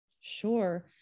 Sure